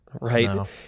right